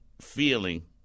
feeling